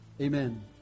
Amen